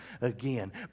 again